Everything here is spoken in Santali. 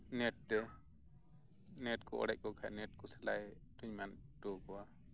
ᱱᱮᱹᱴ ᱛᱮ ᱱᱮᱹᱴ ᱠᱚ ᱚᱲᱮᱡ ᱠᱚᱜ ᱠᱷᱟᱱ ᱱᱮᱹᱴ ᱠᱚ ᱥᱮᱞᱟᱭ ᱢᱮᱱ ᱦᱚᱴᱚ ᱟᱠᱚᱣᱟ